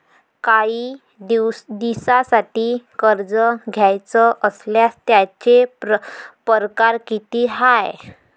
कायी दिसांसाठी कर्ज घ्याचं असल्यास त्यायचे परकार किती हाय?